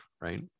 right